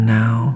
now